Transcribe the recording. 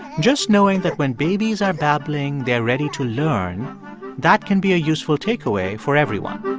just knowing that when babies are babbling, they're ready to learn that can be a useful takeaway for everyone